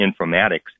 Informatics